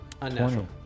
Unnatural